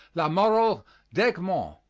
lamoral d' egmont.